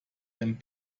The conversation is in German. wenn